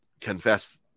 confess